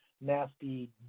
nasty